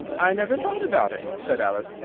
i never thought about it, said alice.